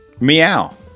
Meow